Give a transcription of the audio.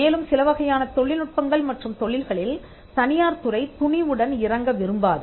மேலும் சில வகையான தொழில் நுட்பங்கள் மற்றும் தொழில்களில் தனியார் துறை துணிவுடன் இறங்க விரும்பாது